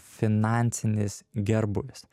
finansinis gerbūvis